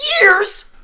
years